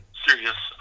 serious